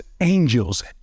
angels